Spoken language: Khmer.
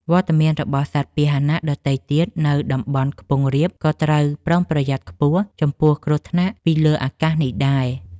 វត្តមានរបស់សត្វពាហនៈដទៃទៀតនៅតំបន់ខ្ពង់រាបក៏ត្រូវប្រុងប្រយ័ត្នខ្ពស់ចំពោះគ្រោះថ្នាក់ពីលើអាកាសនេះដែរ។